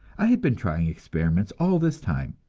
i had been trying experiments all this time.